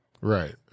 Right